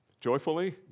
Joyfully